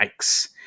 yikes